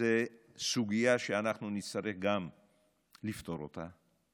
זו סוגיה שאנחנו נצטרך גם לפתור אותה.